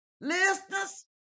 Listeners